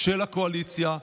של הקואליציה,